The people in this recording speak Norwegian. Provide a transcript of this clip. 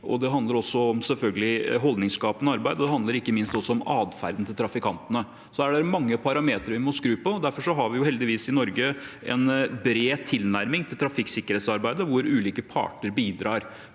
selvfølgelig også om holdningsskapende arbeid, og det handler ikke minst om adferden til trafikantene. Her er det mange parametere vi må skru på, og derfor har vi heldigvis i Norge en bred tilnærming til trafikksikkerhetsarbeidet, hvor ulike parter bidrar.